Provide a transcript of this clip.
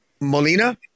Molina